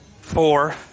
Four